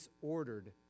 disordered